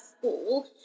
school